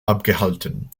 abgehalten